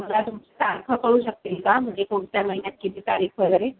मला तुमच्या तारखा कळू शकतील का म्हणजे कोणत्या महिन्यात किती तारीख वगैरे